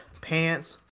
pants